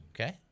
Okay